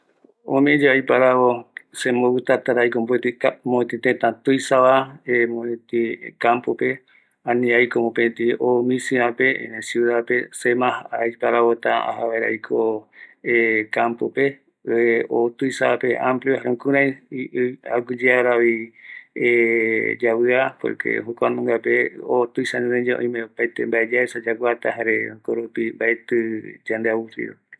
Omee yave aiparavo sembo gustatara aiko mopeti tätä tuisava, mopëti campope, ani aiko mpëti oo misivape erei ciudadpe, se mas aiparavota aja vaera aiko campope, oo tuisavape, amplio, jukurai aguiyearavi yaviaa, por que jokua nungape, oo tuisa renoi yave oime opaete mbae yaesa yaguata, jare mbaetï yande aburrido.